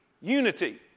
Unity